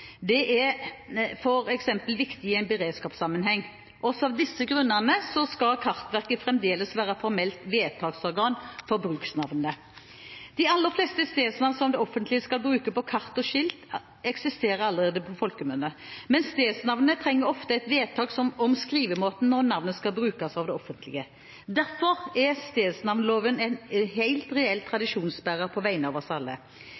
Det er f.eks. viktig i en beredskapssammenheng. Også av disse grunnene skal Kartverket fremdeles være formelt vedtaksorgan for bruksnavnene. De aller fleste stedsnavn som det offentlige skal bruke på kart og skilt, eksisterer allerede på folkemunne. Men stedsnavnene trenger ofte et vedtak om skrivemåte når navnet skal brukes av det offentlige. Derfor er stedsnavnloven en helt reell tradisjonsbærer på vegne av oss alle.